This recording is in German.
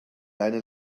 leine